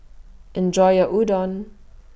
Enjoy your Udon